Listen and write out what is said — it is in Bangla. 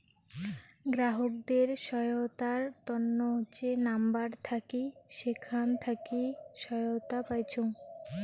গ্রাহকদের সহায়তার তন্ন যে নাম্বার থাকি সেখান থাকি সহায়তা পাইচুঙ